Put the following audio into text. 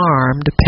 armed